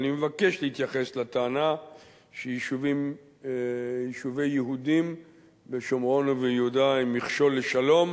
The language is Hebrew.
אני מבקש להתייחס לטענה שיישובי יהודים בשומרון ויהודה הם מכשול לשלום.